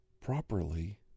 properly